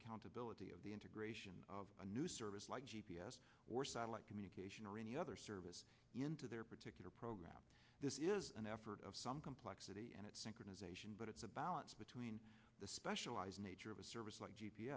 accountability of the integration of a new service like g p s or satellite communication or any other service into their particular program this is an effort of some complexity and it's zation but it's a balance between the specialized nature of a service like g p